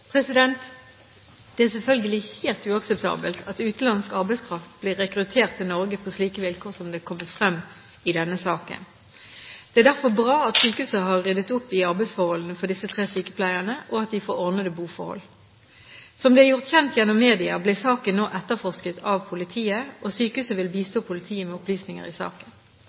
Det er selvfølgelig helt uakseptabelt at utenlandsk arbeidskraft blir rekruttert til Norge på slike vilkår som det har kommet frem i denne saken. Det er derfor bra at sykehuset har ryddet opp i arbeidsforholdene for disse tre sykepleierne, og at de får ordnede boforhold. Som det er gjort kjent gjennom media, blir saken nå etterforsket av politiet, og sykehuset vil bistå politiet med opplysninger i saken.